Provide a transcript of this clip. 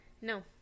no